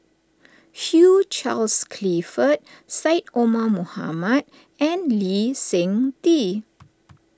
Hugh Charles Clifford Syed Omar Mohamed and Lee Seng Tee